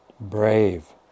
brave